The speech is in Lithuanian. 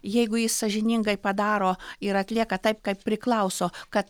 jeigu jis sąžiningai padaro ir atlieka taip kaip priklauso kad